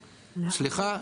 סליחה,